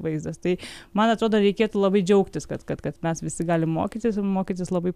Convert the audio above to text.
vaizdas tai man atrodo reikėtų labai džiaugtis kad kad kad mes visi galim mokytis ir mokytis labai